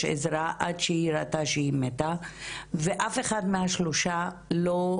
עזרה עד שהיא ראתה שהיא מתה ואף אחד מהשלושה לא,